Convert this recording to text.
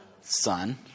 son